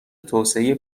توسعه